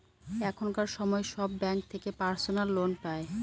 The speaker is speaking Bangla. এখনকার সময় সব ব্যাঙ্ক থেকে পার্সোনাল লোন পাই